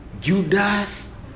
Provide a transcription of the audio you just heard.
Judas